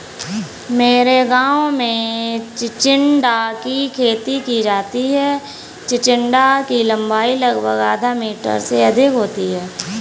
मेरे गांव में चिचिण्डा की खेती की जाती है चिचिण्डा की लंबाई लगभग आधा मीटर से अधिक होती है